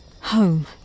Home